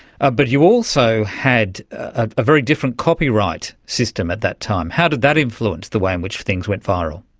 ah but you also had a very different copyright system at that time. how did that influence the way in which things went viral?